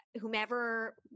whomever